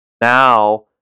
Now